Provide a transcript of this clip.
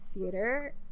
theater